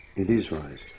it is right.